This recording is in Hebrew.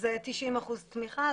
זה 90% תמיכה,